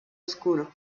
oscuro